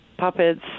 puppets